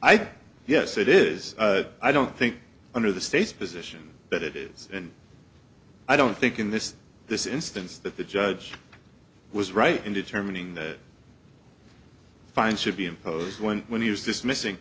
think yes it is i don't think under the state's position that it is and i don't think in this this instance that the judge was right in determining that fine should be imposed when when he was dismissing